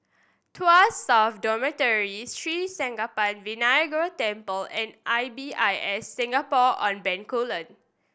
Tuas South Dormitory Sri Senpaga Vinayagar Temple and I B I S Singapore On Bencoolen